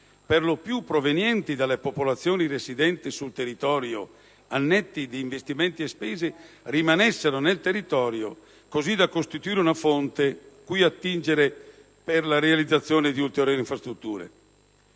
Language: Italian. per lo più provenienti dalla popolazione residente sul territorio, al netto degli investimenti e delle spese, rimanessero nel territorio, così da costituire una fonte cui attingere per la realizzazione di ulteriori infrastrutture.